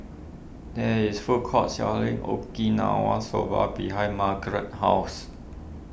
there is food court selling Okinawa Soba behind Margretta's house